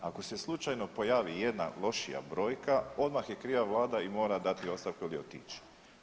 Ako se slučajno pojavi ijedna lošija brojka odmah je kriva vlada i mora dati ostavku ili otići.